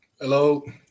Hello